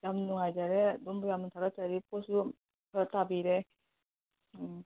ꯌꯥꯝ ꯅꯨꯡꯉꯥꯏꯖꯔꯦ ꯑꯗꯣꯝꯕꯨ ꯌꯥꯝꯅ ꯊꯥꯒꯠꯆꯔꯤ ꯄꯣꯠꯁꯨ ꯈꯔ ꯇꯥꯕꯤꯔꯦ ꯎꯝ